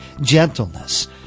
gentleness